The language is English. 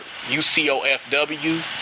ucofw